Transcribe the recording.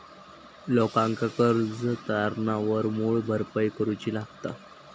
लोकांका कर्ज तारणावर मूळ भरपाई करूची लागता